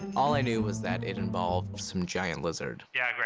all i knew was that it involved some giant lizard. yeah, great.